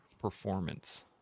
performance